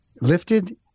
lifted